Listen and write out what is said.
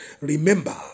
Remember